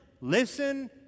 Listen